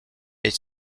est